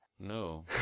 No